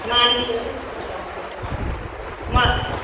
ಮಾನ್ಸ್ ಮ